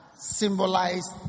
symbolized